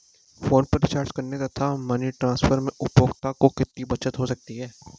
Phone पर recharge करने तथा मनी ट्रांसफर में उपभोक्ता को कितनी बचत हो सकती है?